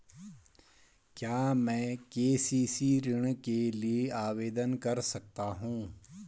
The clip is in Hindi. क्या मैं के.सी.सी ऋण के लिए आवेदन कर सकता हूँ?